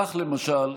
כך, למשל,